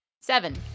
seven